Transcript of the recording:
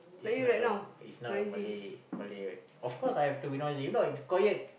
it's not a it's not a Malay Malay right of course I have to be noisy if not if quiet